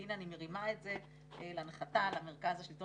והנה אני מרימה את זה להנחתה למרכז השלטון